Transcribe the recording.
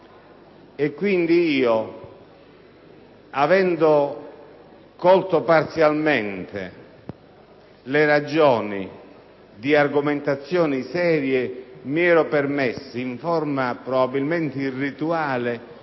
Avendo quindi colto parzialmente le ragioni di argomentazioni serie, mi ero permesso, in forma probabilmente irrituale,